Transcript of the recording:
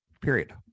period